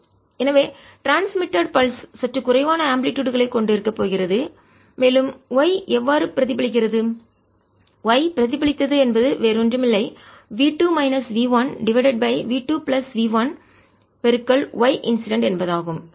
yt 2v2v1v2yIncident2025×5 mm4 mm எனவே transmitted கடத்தப்பட்ட pulse துடிப்பு சற்று குறைவான ஆம்பிளிடுயுட் அலைவீச்சு களைக் கொண்டு இருக்கப் போகிறது மேலும் y எவ்வாறு பிரதிபலிக்கிறது y பிரதிபலித்தது என்பது வேறு ஒன்றுமில்லை v 2 minus v 1 divided by v 2 plus v 1 y incident என்பதாகும்